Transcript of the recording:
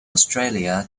australia